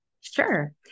Sure